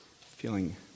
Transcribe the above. feeling